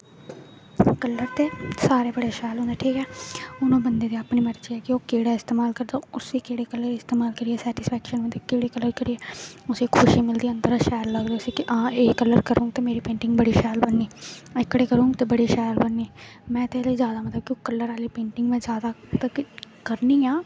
colour ते सारे बड़े शैल होंदे ठीक ऐ हून बंदे दी अपनी मर्जी ऐ कि ओह् केह्ड़ा इस्तेमाल करदा उसी केह्ड़े कल्लर करियै सैटिसफैक्शन होंदी उसी खुशी मिलदी शैल लगदा ते हां एह् कल्लर करङ ते मेरी पेंटिंग शैल बननी एह्कड़ी करङ ते बड़ी शैल बननी एह्कड़ी करङ ते बड़ी शैल बननी में ते एह् आह्ली जैदा मतलब कल्लर आह्ली पेंटिंग में जैदा करनी आं